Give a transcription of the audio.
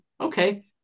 okay